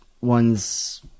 one's